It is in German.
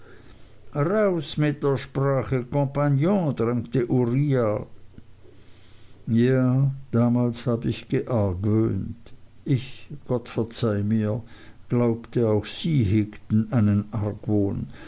raus mit der sprache kompagnon drängte uriah ja damals habe ich geargwöhnt ich gott verzeih mir glaubte auch sie hegten einen argwohn